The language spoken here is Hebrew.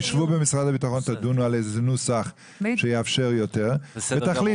תשבו במשרד הביטחון ותדונו באיזה נוסח שיאפשר יותר ותחליטו.